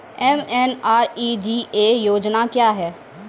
MNREGA योजना क्या हैं?